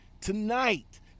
Tonight